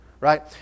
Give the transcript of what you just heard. right